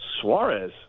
suarez